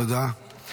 תודה.